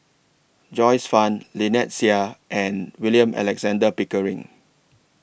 Joyce fan Lynnette Seah and William Alexander Pickering